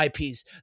IPs